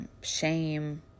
shame